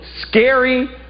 scary